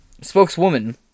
spokeswoman